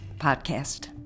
Podcast